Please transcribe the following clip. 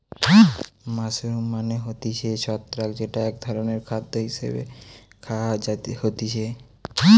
mushroom মানে হতিছে ছত্রাক যেটা এক ধরণের খাদ্য হিসেবে খায়া হতিছে